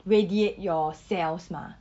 radiate your cells mah